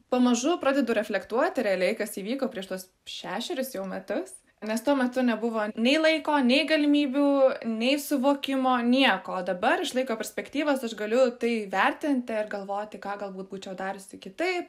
pamažu pradedu reflektuoti realiai kas įvyko prieš tuos šešerius jau metus nes tuo metu nebuvo nei laiko nei galimybių nei suvokimo nieko dabar iš laiko perspektyvos aš galiu tai įvertinti ir galvoti ką galbūt būčiau dariusi kitaip